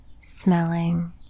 smelling